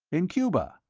in cuba?